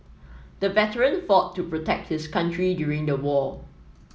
the veteran fought to protect his country during the war